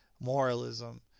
moralism